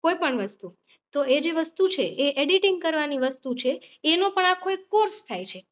કોઈપણ વસ્તુ તો એ જે વસ્તુ છે એ એડિટિંગ કરવાની વસ્તુ છે એનું પણ આ કોઈ કોર્સ થાય છે